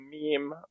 meme